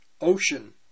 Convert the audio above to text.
ocean